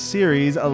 Series